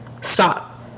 Stop